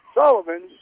Sullivan